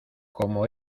como